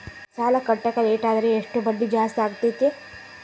ಸಾಲ ಕಟ್ಟಾಕ ಲೇಟಾದರೆ ಎಷ್ಟು ಬಡ್ಡಿ ಜಾಸ್ತಿ ಆಗ್ತೈತಿ?